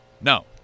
No